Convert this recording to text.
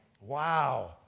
Wow